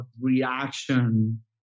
reaction